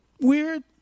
Weird